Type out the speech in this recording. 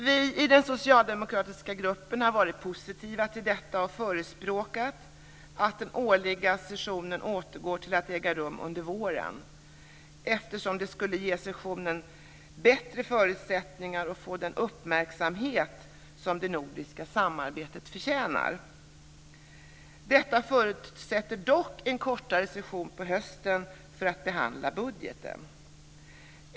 Vi i den socialdemokratiska gruppen har varit positiva till detta och förespråkat att den årliga sessionen återgår till att äga rum under våren, eftersom det skulle ge sessionen bättre förutsättningar och den uppmärksamhet som det nordiska samarbetet förtjänar. Detta förutsätter dock en kortare session på hösten för att behandla budgeten.